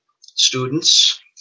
students